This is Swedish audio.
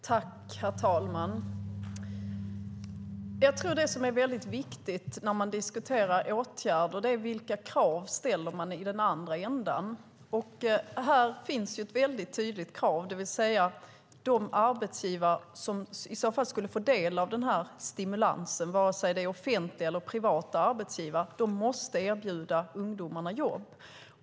Herr talman! När man diskuterar åtgärder är det viktigt att se på vilka krav man ställer i den andra ändan. Här finns ett tydligt krav, nämligen att de arbetsgivare som skulle få del av den här stimulansen, vare sig det är offentliga eller privata arbetsgivare, måste erbjuda ungdomarna jobb.